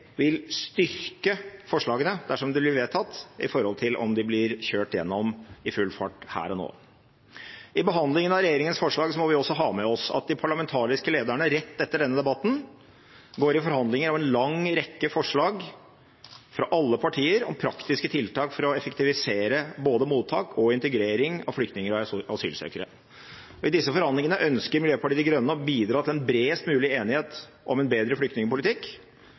vil styrke forslagene – dersom de blir vedtatt – i forhold til om de blir kjørt gjennom i full fart her og nå. I behandlingen av regjeringens forslag må vi også ha med oss at de parlamentariske lederne rett etter denne debatten går i forhandlinger om en lang rekke forslag fra alle partier om praktiske tiltak for å effektivisere både mottak og integrering av flyktninger og asylsøkere. I disse forhandlingene ønsker Miljøpartiet De Grønne å bidra til en bredest mulig enighet om en bedre flyktningpolitikk,